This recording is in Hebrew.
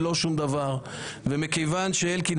מכיוון שאלקין,